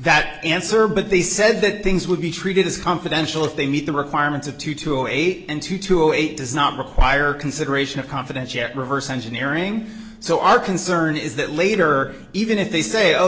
that answer but they said that things would be treated as confidential if they meet the requirements of two to eight and two to eight does not require consideration of confidence yet reverse engineering so our concern is that later even if they say oh